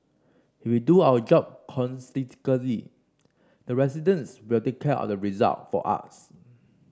if we do our job the residents will take care of the result for us